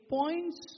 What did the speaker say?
points